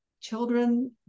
children